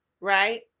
right